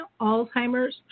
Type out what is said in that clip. Alzheimer's